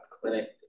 clinic